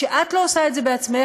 כשאת לא עושה את זה בעצמך.